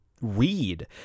read